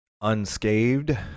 unscathed